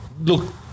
look